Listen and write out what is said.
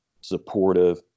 supportive